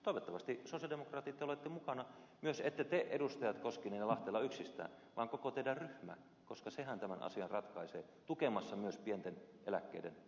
toivottavasti sosialidemokraatit te olette mukana myös ette te edustajat koskinen ja lahtela yksistään vaan koko teidän ryhmänne koska sehän tämän asian ratkaisee tukemassa myös pienten eläkkeiden korottamista